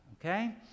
okay